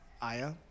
Aya